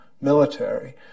military